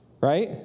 right